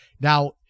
Now